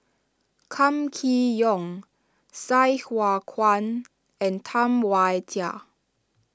Kam Kee Yong Sai Hua Kuan and Tam Wai Jia